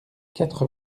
quatre